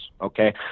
Okay